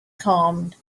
calmed